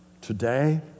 today